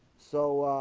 so